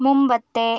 മുമ്പത്തെ